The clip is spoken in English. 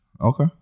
Okay